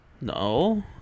No